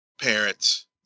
parents